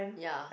ya